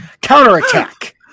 Counterattack